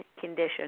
condition